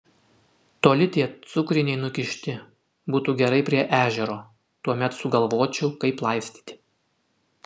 toli tie cukriniai nukišti būtų gerai prie ežero tuomet sugalvočiau kaip laistyti